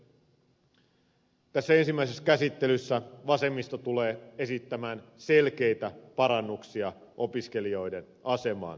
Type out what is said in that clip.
tässä ensimmäisessä käsittelyssä vasemmisto tulee esittämään selkeitä parannuksia opiskelijoiden asemaan